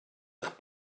eich